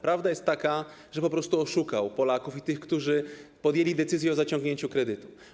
Prawda jest taka, że po prostu oszukał Polaków i tych, którzy podjęli decyzję o zaciągnięciu kredytu.